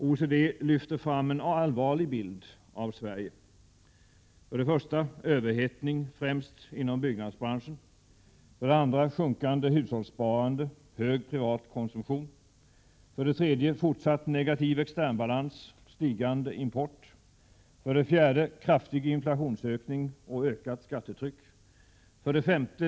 OECD lyfter fram en allvarlig bild av Sverige. 2. Sjunkande hushållssparande — hög privat konsumtion 3. Fortsatt negativ externbalans, stigande import 4. Kraftig inflationsökning och ökat skattetryck 5.